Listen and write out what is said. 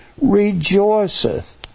rejoiceth